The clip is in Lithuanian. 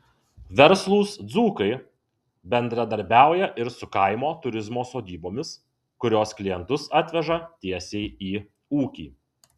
verslūs dzūkai bendradarbiauja ir su kaimo turizmo sodybomis kurios klientus atveža tiesiai į ūkį